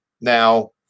Now